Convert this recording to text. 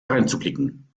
dreinzublicken